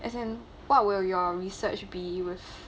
as in what will your research be with